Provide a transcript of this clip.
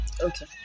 Okay